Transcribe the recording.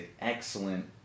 excellent